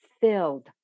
filled